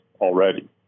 already